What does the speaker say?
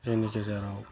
जोंनि गेजेराव